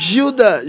Gilda